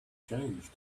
changed